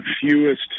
fewest